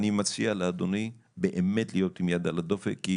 אני מציע לאדוני באמת להיות עם יד על הדופק כי